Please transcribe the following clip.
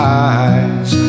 eyes